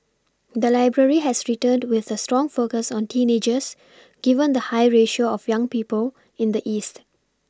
the library has returned with a strong focus on teenagers given the high ratio of young people in the east